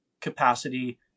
capacity